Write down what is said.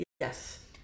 yes